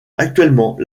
actuellement